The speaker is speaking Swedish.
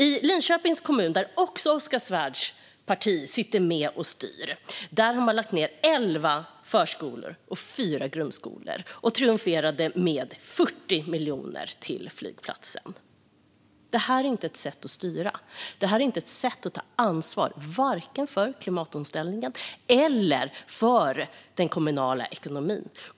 I Linköpings kommun, där också Oskar Svärds parti sitter med och styr, har man lagt ned elva förskolor och fyra grundskolor och triumferat med 40 miljoner till flygplatsen. Det är inget sätt att styra. Det är inget sätt att ta ansvar, varken för klimatomställningen eller för den kommunala ekonomin.